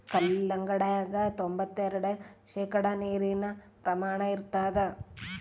ಕಲ್ಲಂಗಡ್ಯಾಗ ತೊಂಬತ್ತೆರೆಡು ಶೇಕಡಾ ನೀರಿನ ಪ್ರಮಾಣ ಇರತಾದ